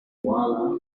your